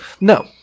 No